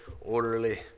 orderly